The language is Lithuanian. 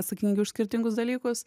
atsakingi už skirtingus dalykus